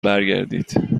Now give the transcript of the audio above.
برگردید